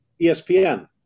ESPN